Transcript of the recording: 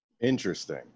Interesting